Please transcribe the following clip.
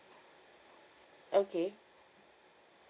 okay